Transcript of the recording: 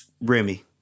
Remy